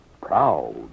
proud